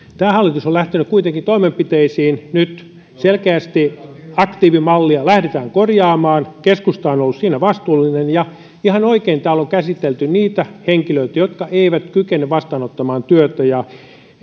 tämä hallitus on lähtenyt kuitenkin toimenpiteisiin nyt selkeästi aktiivimallia lähdetään korjaamaan keskusta on on ollut siinä vastuullinen ja ihan oikein täällä on käsitelty niitä henkilöitä jotka eivät kykene vastaanottamaan työtä sosiaali ja